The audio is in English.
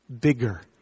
bigger